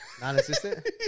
Non-assistant